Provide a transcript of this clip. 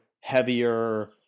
heavier